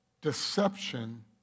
deception